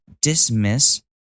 dismiss